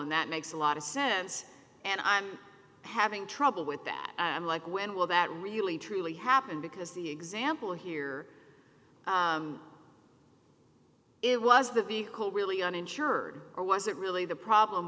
and that makes a lot of sense and i'm having trouble with that i'm like when will that really truly happen because the example here it was the big hole really uninsured or was it really the problem